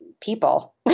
people